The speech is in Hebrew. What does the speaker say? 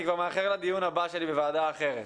רק משפט כי אני מאחר לדיון הבא שלי בוועדה אחרת.